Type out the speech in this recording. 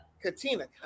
Katina